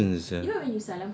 nonsense sia